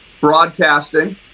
broadcasting